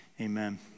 amen